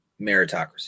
meritocracy